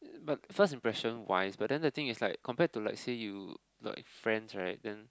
but first impression wise but then the thing is like compared to like say you like friends right then